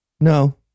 No